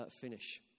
finish